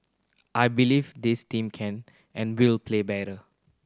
I believe this team can and will play better